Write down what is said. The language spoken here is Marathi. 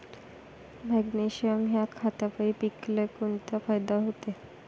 मॅग्नेशयम ह्या खतापायी पिकाले कोनचा फायदा होते?